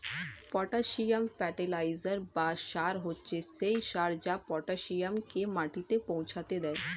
potassium fertiliser বা সার হচ্ছে সেই সার যা পটাসিয়ামকে মাটিতে পৌঁছাতে দেয়